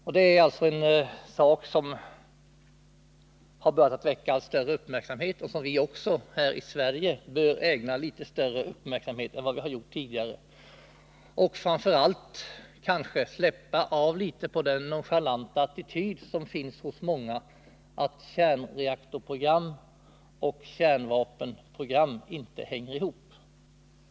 Detta är alltså en sak som började väcka allt större uppmärksamhet och som också vi häri Sverige bör ägna litet större uppmärksamhet än tidigare. Framför allt bör vi kanske släppa av litet på den nonchalanta attityd som finns hos många som anser att kärnreaktorprogram och kärnvapenprogram inte hänger samman.